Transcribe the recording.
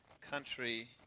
country